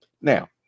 Now